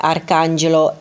Arcangelo